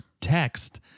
text